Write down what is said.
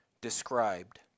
described